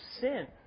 sin